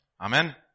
Amen